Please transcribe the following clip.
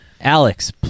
Alex